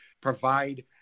provide